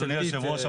אדוני יושב הראש.